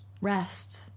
rest